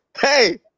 Hey